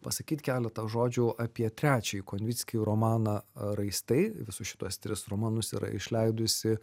pasakyt keletą žodžių apie trečiąjį konvickio romaną raistai visus šituos tris romanus yra išleidusi